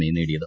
A നേടിയത്